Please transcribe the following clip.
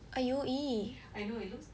!aiyo! !ee!